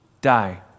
die